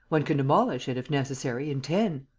one can demolish it, if necessary, in ten.